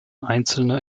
einzelne